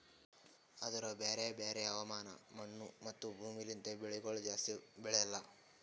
ಆದೂರು ಬ್ಯಾರೆ ಬ್ಯಾರೆ ಹವಾಮಾನ, ಮಣ್ಣು, ಮತ್ತ ಭೂಮಿ ಲಿಂತ್ ಬೆಳಿಗೊಳ್ ಜಾಸ್ತಿ ಬೆಳೆಲ್ಲಾ